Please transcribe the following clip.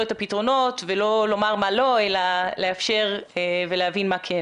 את הפתרונות ולא לומר מה לא אלא לאפשר ולהבין מה כן.